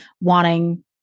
wanting